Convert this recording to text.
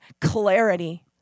clarity